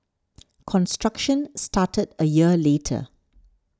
construction started a year later